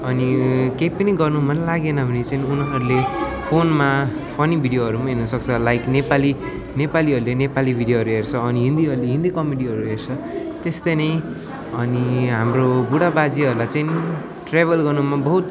अनि केही पनि गर्नु मन लागेन भने चाहिँ उनीहरूले फोनमा पनि भिडियोहरू पनि हेर्नु सक्छ लाइक नेपाली नेपालीहरूले नेपाली भिडियोहरू हेर्छ अनि हिन्दीहरूले हिन्दी कमेडिहरू हेर्छ त्यस्तै नै अनि हाम्रो बुढा बाजेहरूलाई चाहिँ ट्राभल गर्नुमा बहुत